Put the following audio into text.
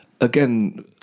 again